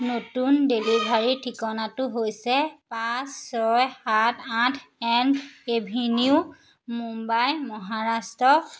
নতুন ডেলিভাৰী ঠিকনাটো হৈছে পাঁচ ছয় সাত আঠ এল্ম এভিনিউ মুম্বাই মহাৰাষ্ট্ৰ